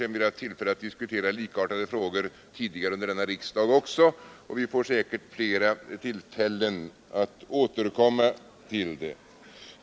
Vi har också haft tillfälle att diskutera likartade frågor tidigare under denna riksdag, och vi får säkert flera tillfällen att återkomma.